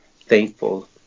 thankful